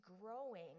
growing